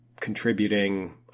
contributing